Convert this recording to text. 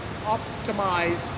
optimize